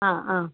ആ ആ